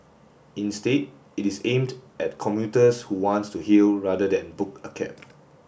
instead it is aimed at commuters who want to hail rather than book a cab